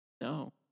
No